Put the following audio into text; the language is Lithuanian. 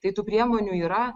tai tų priemonių yra